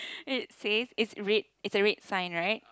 it says it's red it's a red sign right